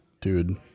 Dude